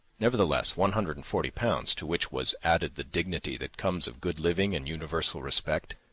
nevertheless, one hundred and forty pounds, to which was added the dignity that comes of good living and universal respect,